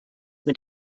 mit